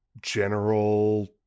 general